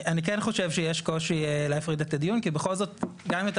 אני כן חושב שיש קושי להפריד את הדיון כי בכל זאת גם אם אתה